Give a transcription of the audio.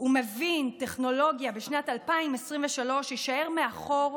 ומבין טכנולוגיה בשנת 2023 יישאר מאחור,